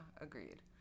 agreed